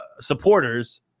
supporters